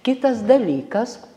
kitas dalykas